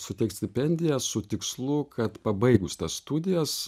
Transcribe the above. suteikt stipendiją su tikslu kad pabaigus studijas